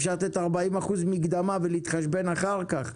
אפשר לתת 40% מקדמה ולהתחשבן אחר כך,